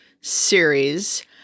series